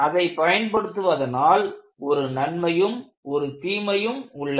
அதை பயன்படுத்துவதனால் ஒரு நன்மையும் ஒரு தீமையும் உள்ளது